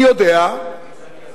אני יודע שהגישה,